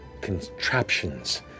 contraptions